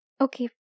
Okay